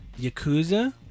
yakuza